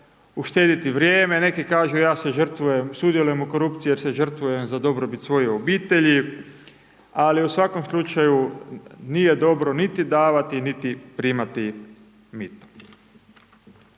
uštediti vrijeme, neki kažu ja se žrtvujem, sudjelujem u korupciji jer se žrtvujem za dobrobit svoje obitelji. Ali u svakom slučaju nije dobro niti davati niti primati mito.